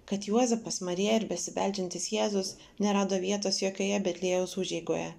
kad juozapas marija ir besibeldžiantis jėzus nerado vietos jokioje betliejaus užeigoje